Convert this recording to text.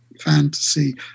fantasy